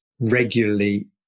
regularly